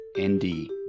nd